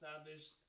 established